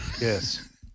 Yes